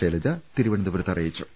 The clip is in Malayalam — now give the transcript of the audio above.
ശൈലജ തിരുവനന്തപു രത്ത് അറിയിച്ചു